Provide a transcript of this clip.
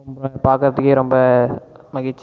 அவங்க பார்க்கறத்துக்கே ரொம்ப மகிழ்ச்சியாக இருக்கும்